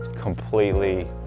completely